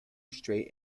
straight